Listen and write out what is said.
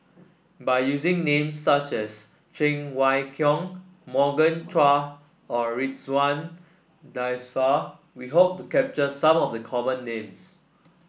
by using names such as Cheng Wai Keung Morgan Chua and Ridzwan Dzafir we hope to capture some of the common names